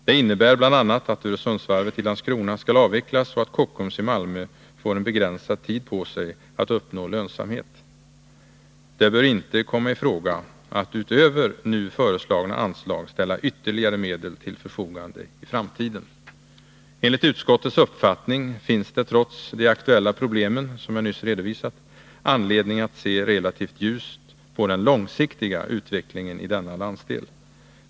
Det innebär bl.a. att Öresundsvarvet i Landskrona skall avvecklas och att Kockums i Malmö får en begränsad tid på sig att uppnå lönsamhet. Det bör inte komma i fråga att utöver nu föreslagna anslag ställa ytterligare medel till förfogande i framtiden. Enligt utskottets uppfattning finns det trots de aktuella problemen, som jag nyss redovisat, anledning att se relativt ljust på den långsiktiga utvecklingen i denna landsdel.